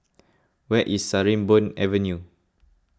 where is Sarimbun Avenue